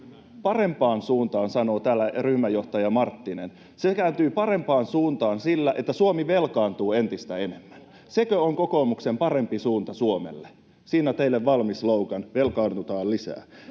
Parempaan suuntaan, sanoo täällä ryhmänjohtaja Marttinen. Se kääntyy parempaan suuntaan sillä, että Suomi velkaantuu entistä enemmän? Sekö on kokoomuksen parempi suunta Suomelle? Siinä on teille valmis slogan: velkaannutaan lisää.